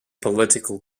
political